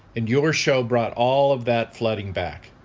and your show brought all of that flooding back.